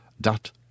dot